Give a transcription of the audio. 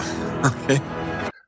Okay